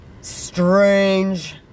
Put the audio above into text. strange